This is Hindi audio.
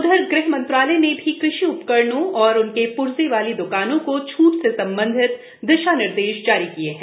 उधरगृह मंत्रालय ने भी कृषि उपकरणों और उनके पूर्जे वाली द्कानों को छूट से संबंधित दिशानिर्देश जारी किये हैं